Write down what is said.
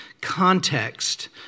context